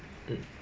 mm